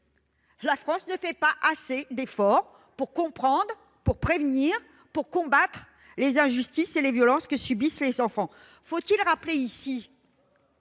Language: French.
la France ne fait pas assez d'efforts pour comprendre, prévenir et combattre les injustices et les violences que subissent les enfants. Est-il vraiment